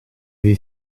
avez